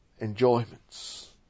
enjoyments